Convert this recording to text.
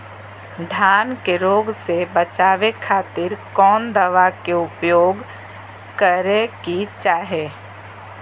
धान के रोग से बचावे खातिर कौन दवा के उपयोग करें कि चाहे?